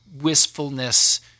wistfulness